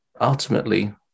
ultimately